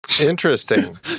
Interesting